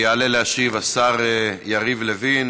יעלה להשיב השר יריב לוין.